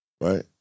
right